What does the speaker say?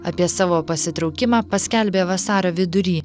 apie savo pasitraukimą paskelbė vasario vidury